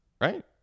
right